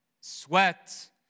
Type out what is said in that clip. sweat